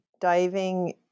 diving